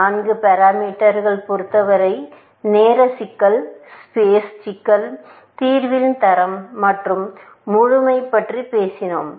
நான்கு பாரமீட்டர்ஸ் பொறுத்தவரை நேர சிக்கல் ஸ்பேஸ் சிக்கல் தீர்வின் தரம் மற்றும் முழுமை பற்றி பேசினோம்